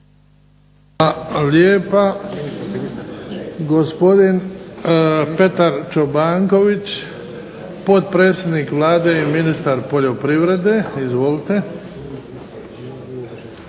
Hvala lijepa. Gospodin Petar Čobanković potpredsjednik Vlade i ministar poljoprivrede. Izvolite.